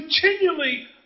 continually